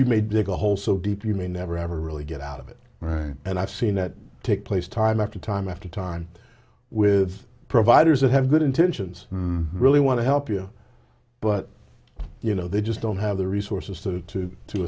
you may dig a hole so deep you may never ever really get out of it right and i've seen it take place time after time after time with providers that have good intentions really want to help you but you know they just don't have the resources to to